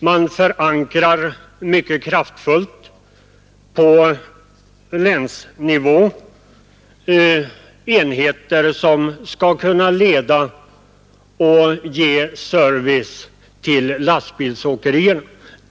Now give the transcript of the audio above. Man förankrar mycket kraftfullt på väl utbyggda länsnivåenheter att leda och ge service till lastbilsåkerierna.